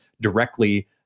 directly